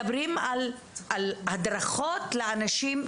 מדברים על הדרכות לאנשים,